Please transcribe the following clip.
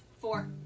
four